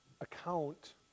account